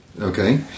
Okay